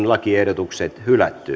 lakiehdotukset hylätään